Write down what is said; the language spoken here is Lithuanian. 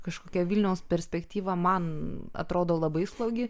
kažkokia vilniaus perspektyva man atrodo labai slogi